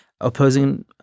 opposing